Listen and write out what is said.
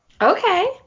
Okay